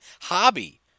hobby